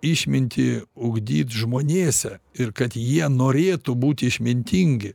išmintį ugdyt žmonėse ir kad jie norėtų būt išmintingi